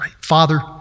Father